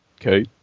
Okay